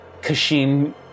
Kashin